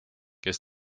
kes